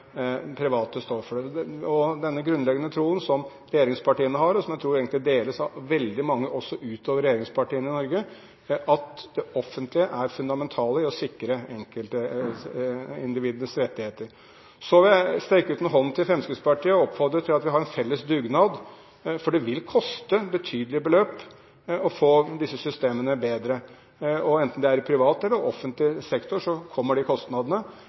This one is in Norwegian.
at det offentlige er det fundamentale i å sikre enkeltindividets rettigheter. Så vil jeg strekke ut en hånd til Fremskrittspartiet og oppfordre til at vi har en felles dugnad, for det vil koste betydelige beløp å få disse systemene bedre. Enten det er i privat eller offentlig sektor, kommer de kostnadene.